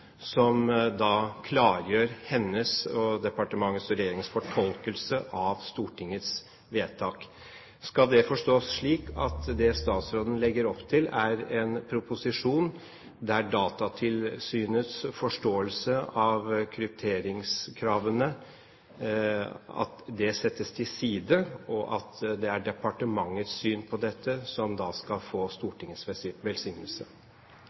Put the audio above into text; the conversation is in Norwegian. som klargjør hennes og departementets og regjeringens fortolkning av Stortingets vedtak. Skal det forstås slik at det statsråden legger opp til, er en proposisjon der Datatilsynets forståelse av krypteringskravene settes til side, og at det er departementets syn på dette som da skal få Stortingets velsignelse?